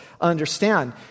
understand